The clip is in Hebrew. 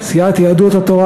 סיעת יהדות התורה,